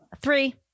Three